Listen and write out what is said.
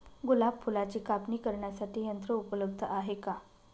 गुलाब फुलाची कापणी करण्यासाठी यंत्र उपलब्ध आहे का?